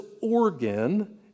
organ